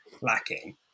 lacking